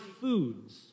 foods